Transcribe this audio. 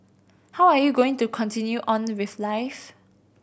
how are you going to continue on with life